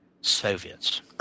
Soviets